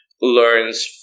learns